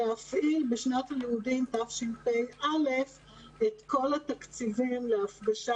להפעיל בשנת הלימודים תשפ"א את כל התקציבים להפגשה